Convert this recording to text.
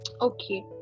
Okay